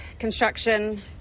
construction